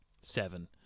seven